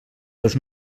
dels